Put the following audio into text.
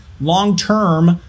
Long-term